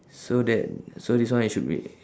so that so this one it should be